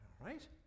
right